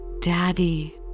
Daddy